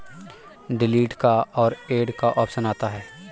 delete का और add का ऑप्शन आता है